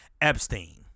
Epstein